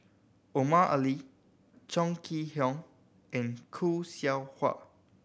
Omar Ali Chong Kee Hiong and Khoo Seow Hwa